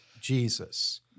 Jesus